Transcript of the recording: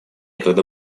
когда